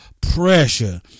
pressure